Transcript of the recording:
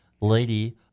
lady